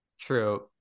True